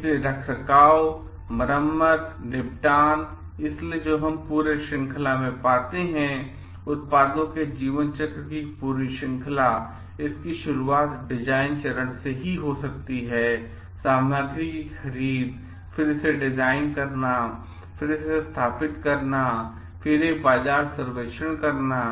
इसलिए रखरखाव मरम्मत निपटान इसलिए जो हम पूरे श्रृंखला में पाते हैं उत्पादों के जीवन चक्र की पूरी श्रृंखला इसकी शुरुआत डिजाइन चरण से हो सकती है सामग्री की खरीद फिर इसे डिज़ाइन करना फिर इसे स्थापित करना फिर पहले एक बाजार सर्वेक्षण करना